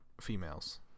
females